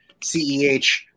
Ceh